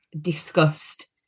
discussed